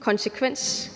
Konsekvens